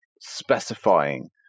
specifying